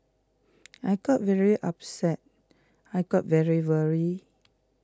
I got very upset I got very worried